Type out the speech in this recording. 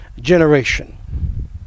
generation